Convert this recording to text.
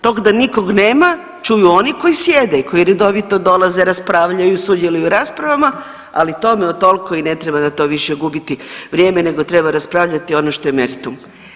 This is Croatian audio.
Tog da nikog nema čuju oni koji sjede i koji redovito dolaze, raspravljaju, sudjeluju u raspravama ali o tome tolko i ne treba na to više gubiti vrijeme, nego treba raspravljati ono što je meritum.